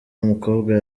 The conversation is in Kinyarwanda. w’umukobwa